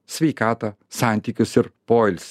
sveikatą santykius ir poils